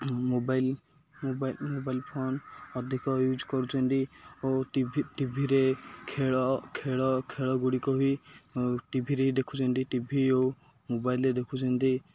mobile mobile mobile phone ଅଧିକ use କରୁଛନ୍ତି ଓ ଟିଭି ଟିଭିରେ ଖେଳ ଖେଳ ଖେଳଗୁଡ଼ିକ ବି ଟିଭିରେ ହିଁ ଦେଖୁଛନ୍ତି ଟିଭି ଓ ମୋବାଇଲ୍ରେ ଦେଖୁଛନ୍ତି